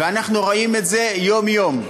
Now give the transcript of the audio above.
ואנחנו רואים את זה יום-יום.